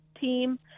team